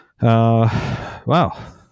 Wow